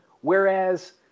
Whereas